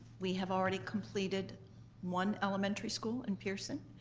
we have already completed one elementary school in pearson,